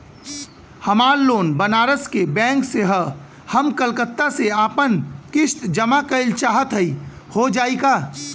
हमार लोन बनारस के बैंक से ह हम कलकत्ता से आपन किस्त जमा कइल चाहत हई हो जाई का?